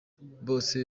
bose